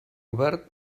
obert